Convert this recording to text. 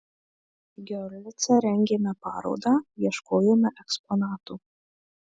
giorlice rengėme parodą ieškojome eksponatų